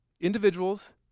individuals